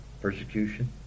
persecution